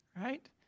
right